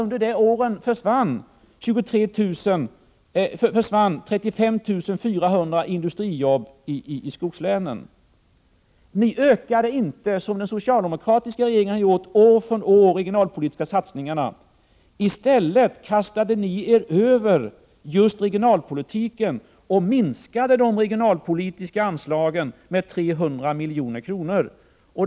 Under dessa år försvann 35 400 industriarbeten i skogslänen. Ni ökade inte, som den socialdemokratiska regeringen har gjort år från år, de regionalpolitiska satsningarna. I stället kastade ni er över just regionalpolitiken och minskade de regionalpolitiska anslagen med 300 milj.kr.